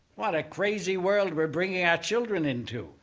what a crazy world we're bringing our children into.